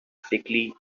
sickly